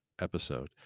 episode